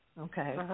Okay